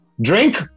drink